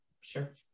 Sure